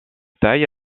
taille